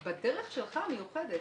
בכלל לכנסת,